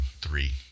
three